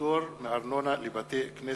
(פטור מארנונה לבתי-כנסת),